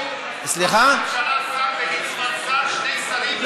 יהיו שני שרים?